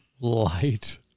light